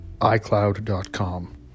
iCloud.com